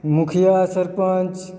मुखिया सर्पञ्च